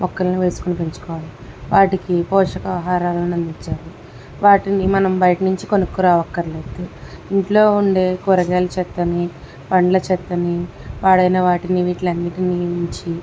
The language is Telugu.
మొక్కలను వేసుకుని పెంచుకోవాలని వాటికి పోషకాహారాలను అందించాలి వాటిని మనం బయట నుంచి కొనుక్కొని రానక్కర్లేదు ఇంట్లో ఉండే కూరగాయలు చెత్తని పండ్ల చెత్తని పాడైన వాటిని వీటిని అన్నింటిని నుంచి